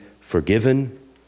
forgiven